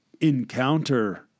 encounter